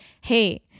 hey